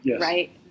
Right